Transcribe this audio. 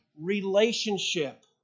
relationship